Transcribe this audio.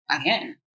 again